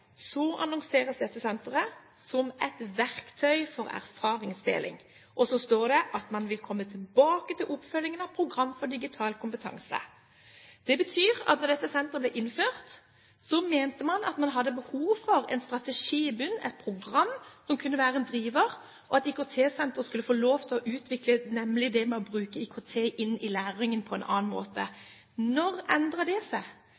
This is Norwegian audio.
annonseres dette senteret som et verktøy for erfaringsdeling, og det står der at man vil komme tilbake til oppfølgingen av Program for digital kompetanse. Det betyr at da dette senteret ble innført, mente man at man hadde behov for en strategi i bunnen, et program som kunne være en driver, og at IKT-senteret skulle få lov til å utvikle det med å bruke IKT i læringen på en annen måte. Når endret det seg